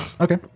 Okay